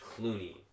clooney